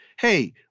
Hey